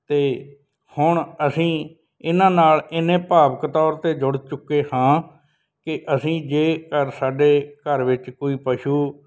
ਅਤੇ ਹੁਣ ਅਸੀਂ ਇਹਨਾਂ ਨਾਲ ਇੰਨੇ ਭਾਵਕ ਤੌਰ 'ਤੇ ਜੁੜ ਚੁੱਕੇ ਹਾਂ ਕਿ ਅਸੀਂ ਜੇਕਰ ਸਾਡੇ ਘਰ ਵਿੱਚ ਕੋਈ ਪਸ਼ੂ